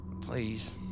Please